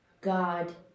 God